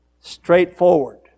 straightforward